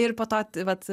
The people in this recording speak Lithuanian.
ir po to vat